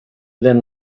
then